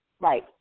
Right